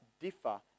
differ